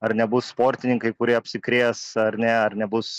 ar nebus sportininkai kurie apsikrės ar ne ar nebus